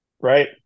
right